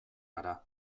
gara